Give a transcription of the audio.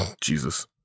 Jesus